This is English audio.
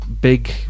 big